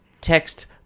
Text